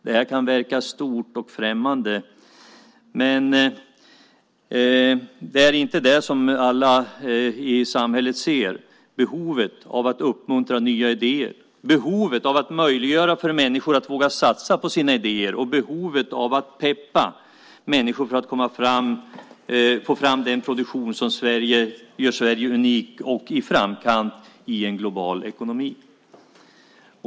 Det här kan verka stort och främmande, men det är inte det som alla i samhället ser: behovet av att uppmuntra nya idéer, behovet av att möjliggöra för människor att våga satsa på sina idéer och behovet av att peppa människor för att få fram den produktion som gör Sverige unikt och placerat i framkant i en global ekonomi.